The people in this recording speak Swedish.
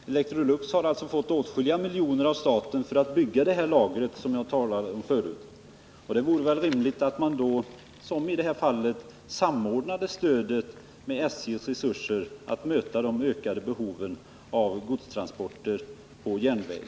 Electrolux har alltså fått åtskilliga miljoner kronor av staten för att bygga det lager som jag förut talade om. Det hade väl varit rimligt att man samordnat stödet med SJ:s resurser att möta de ökade behoven av godstransporter på järnväg.